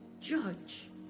judge